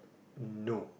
no